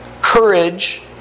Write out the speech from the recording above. courage